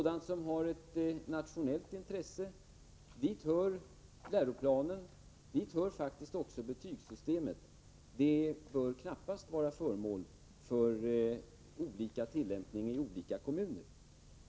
Det som har nationellt intresse — och dit hör läroplanerna och faktiskt också betygssystemet — bör knappast vara föremål för olika tillämpning i olika kommuner.